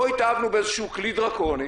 פה התאהבנו באיזשהו כלי דרקוני